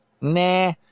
nah